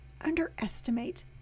underestimate